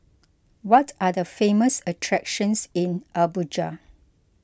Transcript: what are the famous attractions in Abuja